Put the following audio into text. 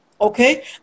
Okay